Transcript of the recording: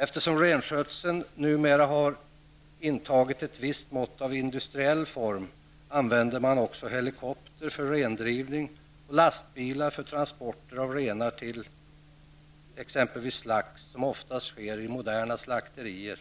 Eftersom renskötseln numera har intagit en industriell form, använder man också helikopter för rendrivning och lastbilar för transporter av renar till exempelvis slakt, som oftast sker i moderna slakterier.